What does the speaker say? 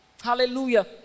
Hallelujah